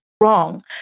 wrong